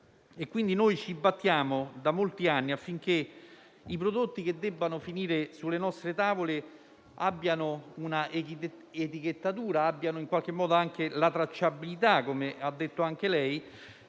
Ci battiamo da molti anni affinché i prodotti che finiscano sulle nostre tavole abbiano un'etichettatura e anche una tracciabilità, come ha detto anche lei,